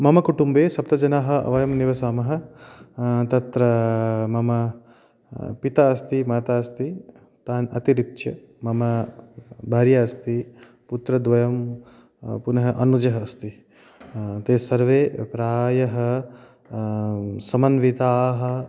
मम कुटुम्बे सप्तजनाः वयं निवसामः तत्र मम पिता अस्ति माता अस्ति तान् अतिरिच्य मम भार्या अस्ति पुत्रद्वयं पुनः अनुजः अस्ति ते सर्वे प्रायः समन्विताः